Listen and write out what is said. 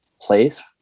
place